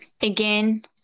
again